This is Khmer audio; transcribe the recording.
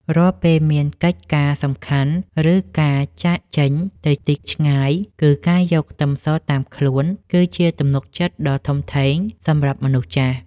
រាល់ពេលមានកិច្ចការសំខាន់ឬការចាកចេញទៅទីឆ្ងាយគឺការយកខ្ទឹមសតាមខ្លួនគឺជាទំនុកចិត្តដ៏ធំធេងសម្រាប់មនុស្សចាស់។